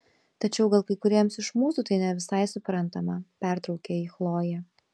tačiau gal kai kuriems iš mūsų tai ne visai suprantama pertraukė jį chlojė